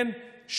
כן,